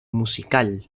musical